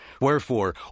Wherefore